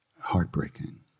heartbreaking